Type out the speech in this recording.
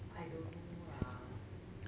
I don't know lah